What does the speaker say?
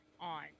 on